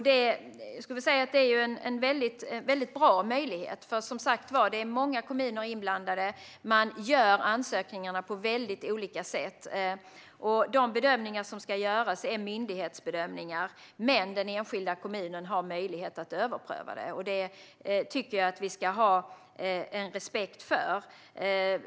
Det är en bra möjlighet, för det är som sagt många kommuner inblandade, och ansökningarna görs på väldigt olika sätt. De bedömningar som ska göras är myndighetsbedömningar, men den enskilda kommunen har möjlighet till överprövning. Detta tycker jag att vi ska ha respekt för.